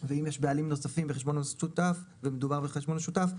ואם יש בעלים נוספים בחשבון המשותף ומדובר בחשבון משותף,